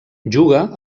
juga